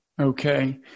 Okay